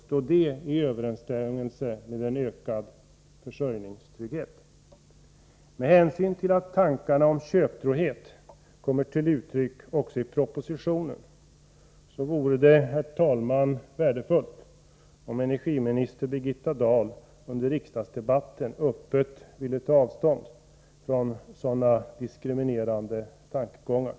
Står detta i överensstämmelse med en ökad försörjningstrygghet? Med hänsyn till att tankarna om köptrohet kommer till uttryck också i propositionen vore det, herr talman, värdefullt om energiminister Birgitta Dahl under riksdagsdebatten öppet ville ta avstånd från sådana diskriminerande tankegångar.